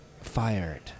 fired